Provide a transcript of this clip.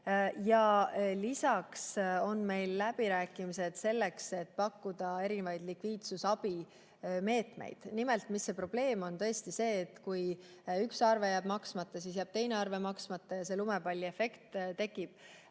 Lisaks käivad meil läbirääkimised selleks, et pakkuda erinevaid likviidsusabimeetmeid. Nimelt, probleem on see, et kui üks arve jääb maksmata, siis jääb ka teine arve maksmata ja tekib lumepalliefekt.